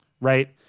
right